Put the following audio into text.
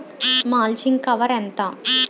Mulching cover ఎంత?